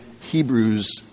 Hebrews